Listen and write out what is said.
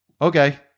okay